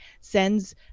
sends